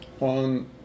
on